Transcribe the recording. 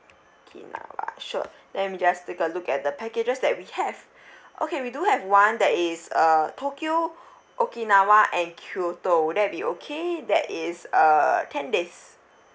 okinawa sure let me just take a look at the packages that we have okay we do have one that is uh tokyo okinawa and kyoto would that be okay that is uh ten days